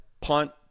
punt